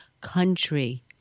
country